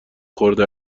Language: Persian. خورده